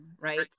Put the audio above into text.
Right